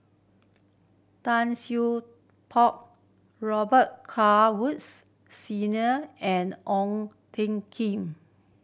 Tan Poh Robet Carr Woods Senior and Ong Ting Kim